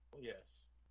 Yes